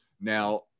Now